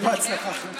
שיהיה בהצלחה.